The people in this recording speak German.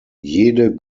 jede